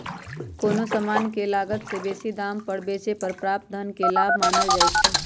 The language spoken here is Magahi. कोनो समान के लागत से बेशी दाम पर बेचे पर प्राप्त धन के लाभ मानल जाइ छइ